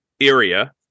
area